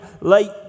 late